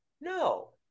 no